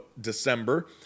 December